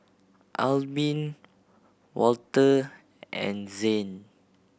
Albin Walter and Zane